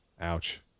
Ouch